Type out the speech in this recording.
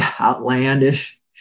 outlandish